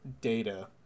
data